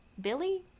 Billy